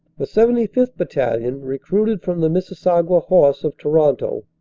the seventy fifth. battalion, recruited from the missisauga horse, of toronto,